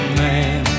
man